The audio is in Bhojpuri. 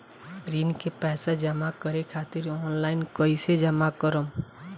ऋण के पैसा जमा करें खातिर ऑनलाइन कइसे जमा करम?